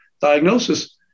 diagnosis